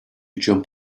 jump